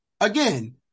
again